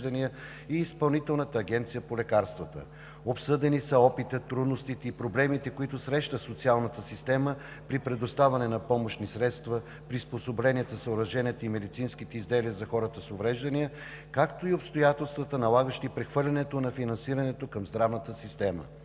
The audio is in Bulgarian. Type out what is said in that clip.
и Изпълнителната агенция по лекарствата. Обсъдени са опитът, трудностите и проблемите, които среща социалната система при предоставяне на помощни средства, приспособленията, съоръженията и медицинските изделия за хората с увреждания, както и обстоятелствата, налагащи прехвърлянето на финансирането към здравната система.